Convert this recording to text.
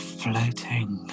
floating